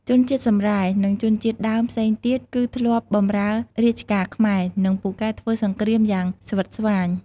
ជនជាតិសម្រែ និងជនជាតិដើមផ្សេងទៀតគឺធ្លាប់បម្រើរាជការខ្មែរ និងពូកែធ្វើសង្គ្រាមយ៉ាងស្វិតស្វាញ។